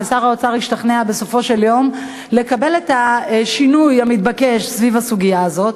ושר האוצר השתכנע בסופו של יום לקבל את השינוי המתבקש בסוגיה הזאת.